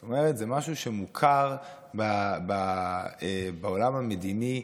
זאת אומרת, זה משהו שמוכר בעולם המדיני.